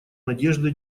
надежды